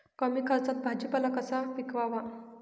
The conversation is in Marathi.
कमी खर्चात भाजीपाला कसा पिकवावा?